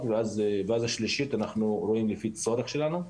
ואז השלישית נחליט על פי הצורך שלנו.